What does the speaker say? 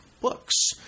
books